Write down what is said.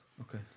Okay